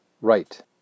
right